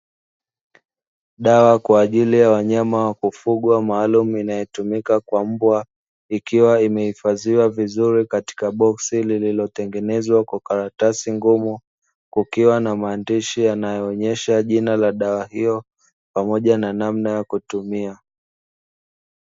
Dawa kwa ajili ya wanyama wa kufugwa maalum inayotumika kwa mbwa, ikiwa imehifadhiwa vizuri katika boksi lililotengenezwa kwa karatasi ngumu. Kukiwa na maandishi yanayoonyesha jina la dawa hiyo pamoja na namna ya kutumia.